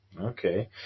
Okay